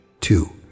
two